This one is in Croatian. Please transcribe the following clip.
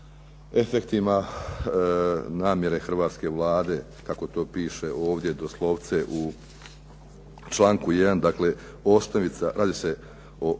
efektima namjere hrvatske Vlade, kako to piše ovdje doslovce u članku 1. dakle osnovica, radi se o